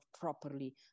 properly